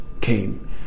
came